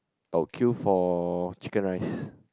I'll queue for chicken rice